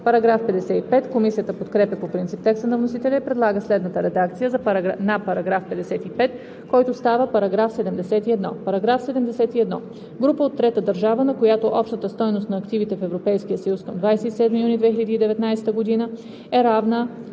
основа.“ Комисията подкрепя по принцип текста на вносителя и предлага следната редакция на § 55, който става § 71: „§ 71. Група от трета държава, на която общата стойност на активите в Европейския съюз към 27 юни 2019 г. е равна